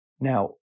Now